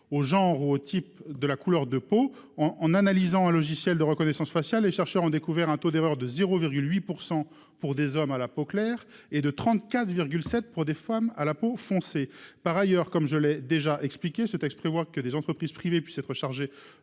au genre ou au type de couleur de peau. En analysant un logiciel de reconnaissance faciale, les chercheurs ont découvert un taux d'erreur de 0,8 % pour des hommes à la peau claire et de 34,7 % pour des femmes à la peau foncée. Par ailleurs, comme je l'ai déjà souligné, ce texte vise à prévoir que des entreprises privées puissent être chargées